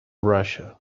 russia